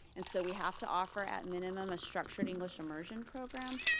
and so we have to offer at minimum a structured english immersion program,